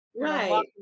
Right